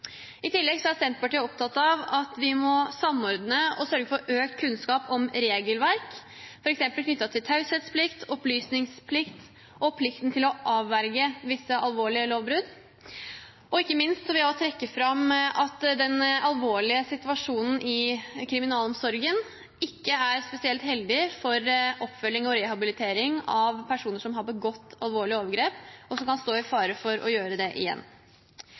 I tillegg er Senterpartiet opptatt av at vi må samordne og sørge for økt kunnskap om regelverk, f.eks. knyttet til taushetsplikt, opplysningsplikt og plikten til å avverge visse alvorlige lovbrudd. Ikke minst vil jeg trekke fram at den alvorlige situasjonen i kriminalomsorgen ikke er spesielt heldig for oppfølging og rehabilitering av personer som har begått alvorlige overgrep, og som kan stå i fare for å gjøre det igjen.